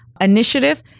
initiative